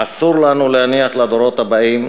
אסור לנו להניח לדורות הבאים,